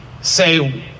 say